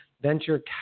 venture